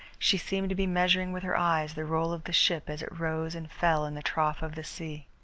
she seemed to be measuring with her eyes the roll of the ship as it rose and fell in the trough of the sea.